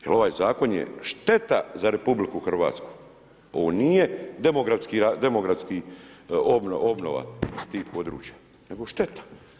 Jel ovaj zakon je šteta za RH, ovo nije demografska obnova tih područja nego šteta.